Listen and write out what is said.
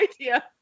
idea